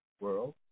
world